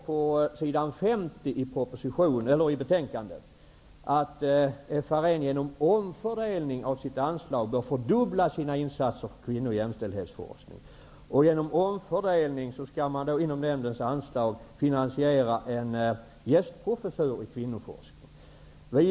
På s. 50 i betänkandet står det ''att FRN genom omfördelning inom sitt anslag bör fördubbla sina insatser för kvinno och jämställdhetsforskning.'' Genom omfördelning skall man då inom nämndens anslag finansiera en gästprofessur i kvinnoforskning.